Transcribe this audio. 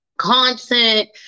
content